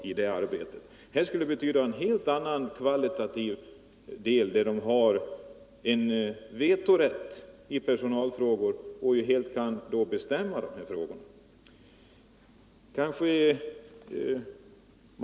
Vetorätt skulle betyda att fackföreningen fick en helt annan ställning i dessa frågor.